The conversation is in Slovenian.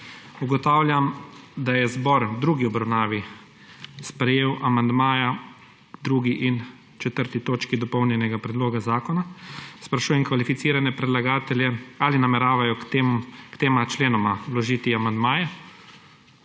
Ugotavljam, da je zbor v drugi obravnavi sprejel amandmaja k 2. in 4. točki dopolnjenega predloga zakona. Sprašujem kvalificirane predlagatelje, ali nameravajo k tema členoma vložiti amandmaje.